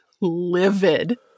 livid